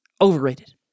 overrated